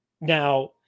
Now